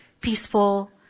peaceful